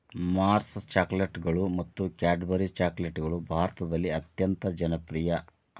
Mars ಚಾಕೊಲೇಟ್ಗಳು ಮತ್ತು Cadbury ಚಾಕೊಲೇಟ್ಗಳು ಭಾರತದಲ್ಲಿ ಅತ್ಯಂತ ಜನಪ್ರಿಯ